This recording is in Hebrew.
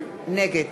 נגד